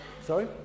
Sorry